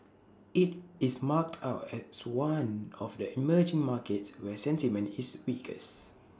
IT is marked out as one of the emerging markets where sentiment is weakest